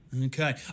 Okay